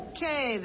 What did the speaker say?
Okay